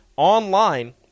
Online